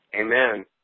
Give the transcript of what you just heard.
Amen